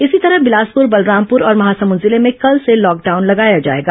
इसी तरह बिलासपुर बलरामपुर और महासमुद जिले में कल से लॉकडाउन लगाया जाएगा